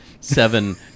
seven